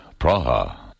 Praha